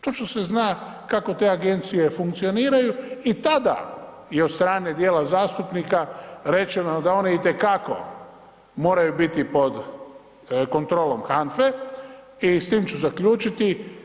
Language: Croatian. Točno se zna kako te agencije funkcioniraju i tada je od strane dijela zastupnika rečeno da one itekako moraju biti pod kontrolom HANFA-e i s tim ću zaključiti.